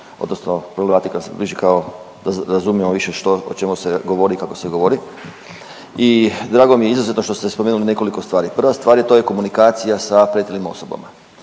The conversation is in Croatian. odnosno problematika se približi kao, da razumijemo više što, o čemu se govori i kako se govori i drago mi je izuzetno što ste spomenuli nekoliko stvari. Prva stvar, to je komunikacija sa pretilim osobama,